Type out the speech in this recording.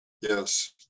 Yes